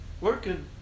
working